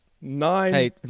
Nine